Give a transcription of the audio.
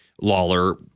Lawler